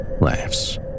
Laughs